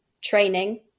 training